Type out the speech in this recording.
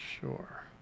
Sure